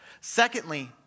Secondly